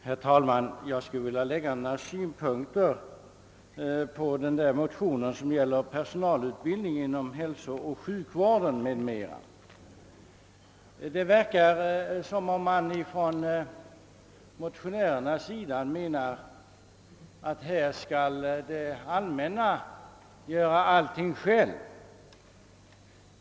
Herr talman! Jag skulle vilja framföra några synpunkter på den motion som gäller personalutbildning inom hälsooch sjukvård m.m. Det verkar som om man från motionärernas sida menar att här skall det allmänna göra allting själv.